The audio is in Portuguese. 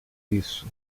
isso